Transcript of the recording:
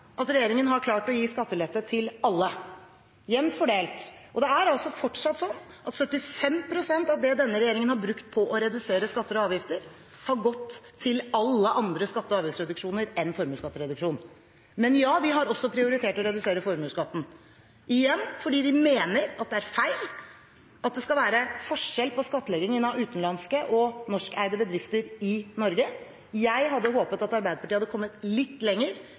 at regjeringen har klart å gi skattelette til alle – jevnt fordelt. Og det er altså fortsatt sånn at 75 pst. av det denne regjeringen har brukt på å redusere skatter og avgifter, har gått til alle andre skatte- og avgiftsreduksjoner enn formuesskattereduksjon. Men ja, vi har også prioritert å redusere formuesskatten – igjen – fordi vi mener det er feil at det skal være forskjell på skattleggingen av utenlandske og norskeide bedrifter i Norge. Jeg hadde håpet at Arbeiderpartiet hadde kommet litt lenger